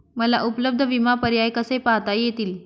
मला उपलब्ध विमा पर्याय कसे पाहता येतील?